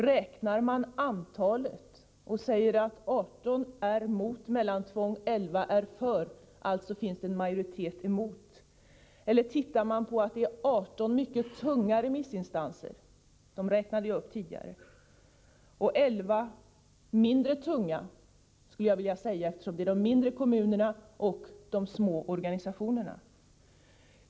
Räknar man antalet och säger att 18 är mot mellantvång, 11 för, och att det alltså finns en majoritet emot sådant tvång? Eller tar man hänsyn till att det är 18 mycket tunga remissinstanser — jag räknade tidigare upp dem — mot och 11 mindre tunga för? Jag skulle vilja beteckna de 11 som mindre tunga, eftersom de består av de mindre kommunerna och de små organisationerna.